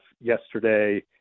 yesterday